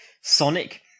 Sonic